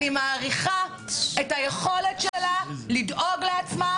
אני מעריכה את היכולת שלה לדאוג לעצמה.